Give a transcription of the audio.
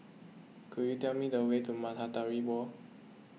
could you tell me the way to Matahari Wall